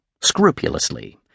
scrupulously